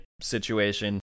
situation